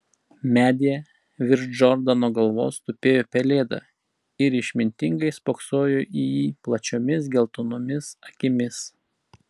medyje virš džordano galvos tupėjo pelėda ir išmintingai spoksojo į jį plačiomis geltonomis akimis